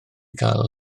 cael